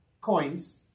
coins